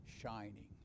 Shining